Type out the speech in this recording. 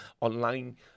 online